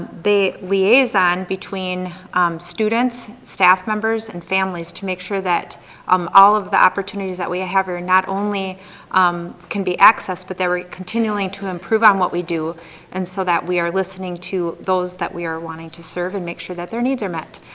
the liaison between students, staff members, and families to make sure that um all of the opportunities that we have are not only um can be accessed but that we continually improve on what we do and so that we are listening to those that we are wanting to serve and make sure that their needs are met.